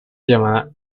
llamada